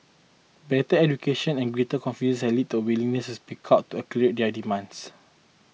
better education and greater confidence have lead to a willingness to speak out to articulate their demands